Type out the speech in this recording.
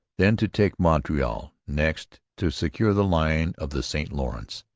then to take montreal, next to secure the line of the st lawrence,